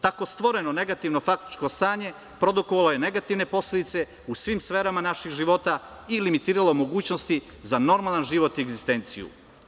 Tako stvoreno negativno faktično stanje produkovalo je negativne posledice u svim sferama naših života i limitiralo mogućnosti za normalan život i egzistenciju.